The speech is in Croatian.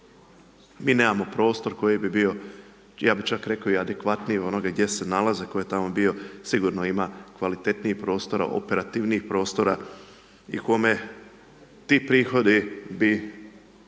mi nemamo prostor koji bi bio ja bi čak rekao i adekvatnoga onoga gdje se nalaze tko je tamo bio, sigurno ima kvalitetnijih prostora, operativnijih prostora i kome ti prihodi bi